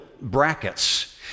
brackets